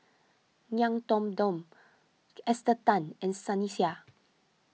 Ngiam Tong Dow Esther Tan and Sunny Sia